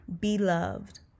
beloved